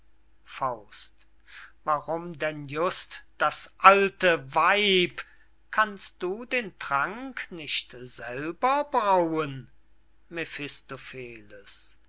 dran warum denn just das alte weib kannst du den trank nicht selber brauen